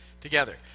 together